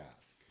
ask